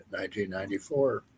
1994